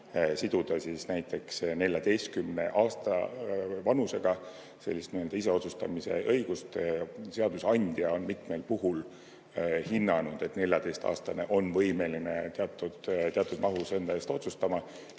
hüpotees – näiteks 14 aasta vanusega sellise nii-öelda iseotsustamise õiguse. Seadusandja on mitmel puhul hinnanud, et 14-aastane on võimeline teatud mahus enda eest otsustama,